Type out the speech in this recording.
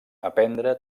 aprendre